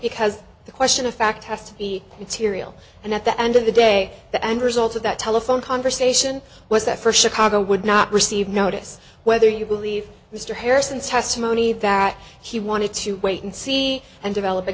because the question of fact has to be material and at the end of the day the end result of that telephone conversation was that for chicago would not receive notice whether you believe mr harrison's testimony that he wanted to wait and see and develop a